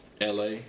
LA